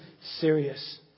serious